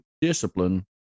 discipline